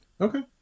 okay